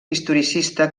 historicista